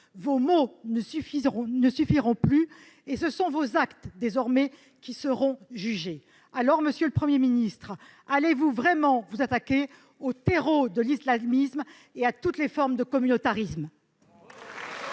Vos mots ne suffiront plus, et ce sont vos actes, désormais, qui seront jugés. Monsieur le Premier ministre, allez-vous vraiment vous attaquer au terreau de l'islamisme et à toutes les formes de communautarisme ?